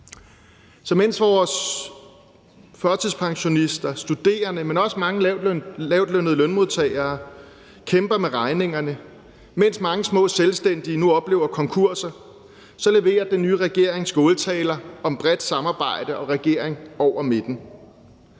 Så mens vores førtidspensionister og studerende, men også mange lavtlønnede lønmodtagere kæmper med regningerne, og mens mange små selvstændige nu oplever konkurser, leverer den nye regering skåltaler om bredt samarbejde og regering over midten.